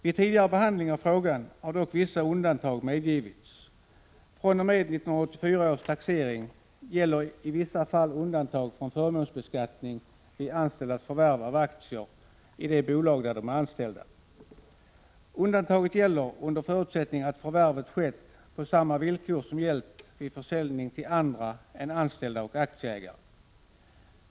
Vid tidigare behandling av frågan har dock vissa undantag medgivits. fr.o.m. 1984 års taxering gäller i vissa fall undantag från förmånsbeskattning vid anställdas förvärv av aktier i det bolag där de är anställda. Undantaget gäller under förutsättning att förvärvet skett på samma villkor som gällt vid försäljning till andra än anställda och aktieägare.